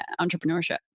entrepreneurship